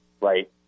right